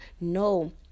no